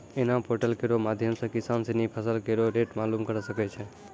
इनाम पोर्टल केरो माध्यम सें किसान सिनी फसल केरो रेट मालूम करे सकै छै